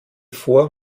vor